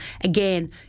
again